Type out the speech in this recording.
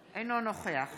אינו נוכח